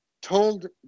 told